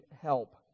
help